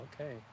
okay